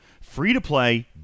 Free-to-play